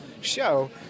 show